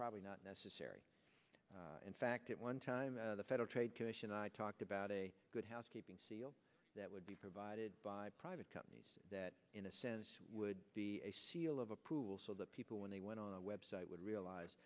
probably not necessary in fact at one time the federal trade commission i talked about a good housekeeping seal that would be provided by private companies that in a sense would be a seal of approval so that people when they went on the website would realize